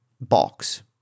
box